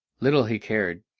little he cared,